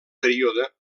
període